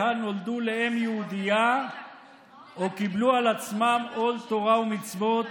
נולדו לאם יהודייה או קיבלו על עצמם עול תורה ומצוות